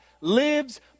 lives